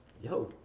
Yo